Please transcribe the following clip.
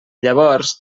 llavors